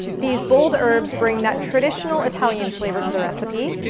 these bold herbs bring that traditional italian flavor to the recipe.